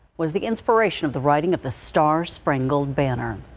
was the inspiration of the writing of the star-spangled banner.